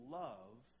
love